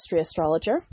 astrologer